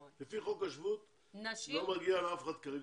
לפי חוק השבות כרגע כמעט לאף אחד לא מגיע לעלות.